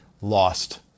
lost